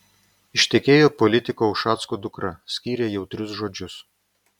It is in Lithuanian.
ištekėjo politiko ušacko dukra skyrė jautrius žodžius